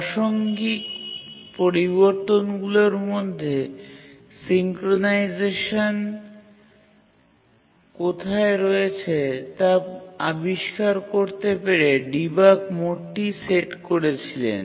প্রাসঙ্গিক পরিবর্তনগুলিরমধ্যে সিক্রোনাইজেশন কোথায় রয়েছে তা আবিষ্কার করতে পেরে ডিবাগ মোডটি সেট করেছিলেন